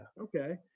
Okay